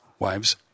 wives